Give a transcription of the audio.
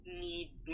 need